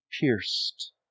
pierced